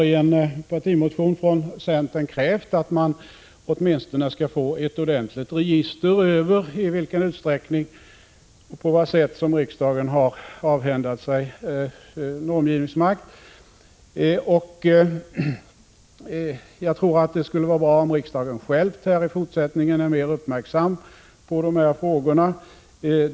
I en partimotion från centern har vi krävt att man åtminstone skall få ett ordentligt register över i vilken utsträckning och på vad sätt riksdagen har avhänt sig normgivningsmakten. Jag tror att det skulle vara bra om riksdagen själv i fortsättningen är mer uppmärksam på dessa frågor.